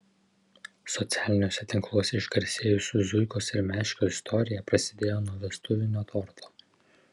socialiniuose tinkluose išgarsėjusių zuikos ir meškio istorija prasidėjo nuo vestuvinio torto